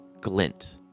glint